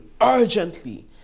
urgently